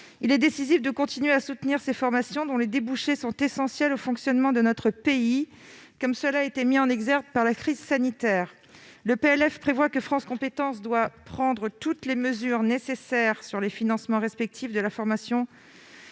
Il est décisif de continuer à soutenir ces formations, dont les débouchés sont essentiels au fonctionnement de notre pays, comme cela a été mis en exergue par la crise sanitaire. Le PLF prévoit que France compétences prenne toutes les mesures nécessaires pour financer la formation